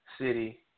city